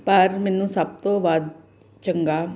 ਪਰ ਮੈਨੂੰ ਸਭ ਤੋਂ ਵੱਧ ਚੰਗਾ